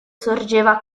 sorgeva